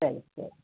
ಸರಿ ಸರಿ